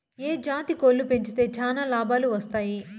ఏ జాతి కోళ్లు పెంచితే చానా లాభాలు వస్తాయి?